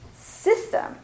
system